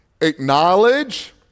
Acknowledge